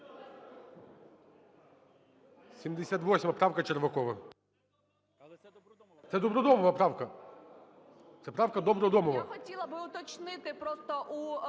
78 правка, Червакова. Це Добродомова правка. Це правка Добродомова.